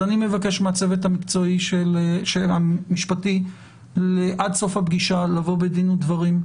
אז אני מבקש מהצוות המשפטי שעד סוף הפגשה לבוא בדין ודברים,